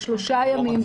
בשלושה ימים,